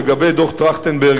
לגבי דוח-טרכטנברג,